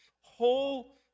whole